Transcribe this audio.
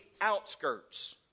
outskirts